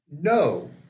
no